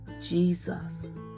Jesus